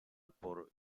por